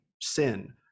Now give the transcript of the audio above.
sin